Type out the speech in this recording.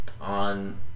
on